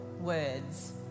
words